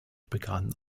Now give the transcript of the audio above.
begann